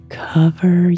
cover